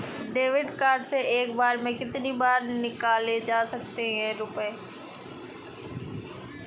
David card से एक बार में कितनी रूपए निकाले जा सकता है?